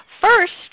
First